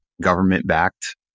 government-backed